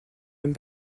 même